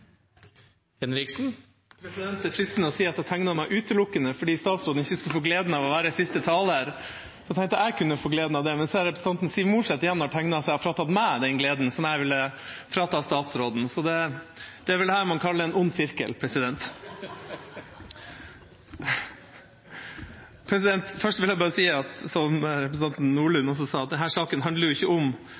tenkte jeg kunne få gleden av det, men ser at representanten Siv Mossleth har tegnet seg igjen og fratatt meg den gleden som jeg ville frata statsråden. Det er vel dette man kaller en ond sirkel. Først vil jeg bare si, som representanten Nordlund også sa, at denne saken ikke handler om styrets ansvar i høyere utdanningsinstitusjoner – den handler om